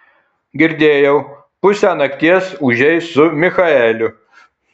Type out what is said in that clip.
girdėjau pusę nakties ūžei su michaeliu